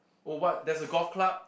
oh what there's a golf club